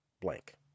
blank